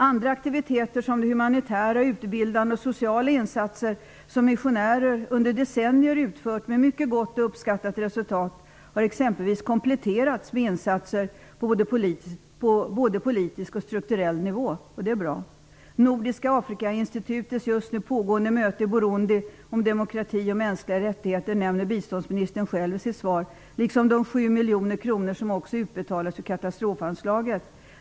Andra aktiviteter, som de humanitära, utbildande och sociala insatser som missionärer under decennier utfört med mycket gott och uppskattat resultat, har exempelvis kompletterats med insatser på både politisk och strukturell nivå, och det är bra. Nordiska Afrikainstitutets just nu pågående möte i Burundi om demokrati och mänskliga rättigheter nämner biståndsministern själv i sitt svar, liksom de 7 miljoner kronor som utbetalats ur katastrofanslaget.